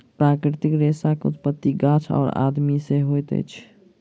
प्राकृतिक रेशा के उत्पत्ति गाछ और आदमी से होइत अछि